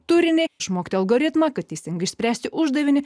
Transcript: turime išmokti algoritmą kad teisingai išspręsti uždavinį